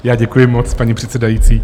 Já děkuji moc, paní předsedající.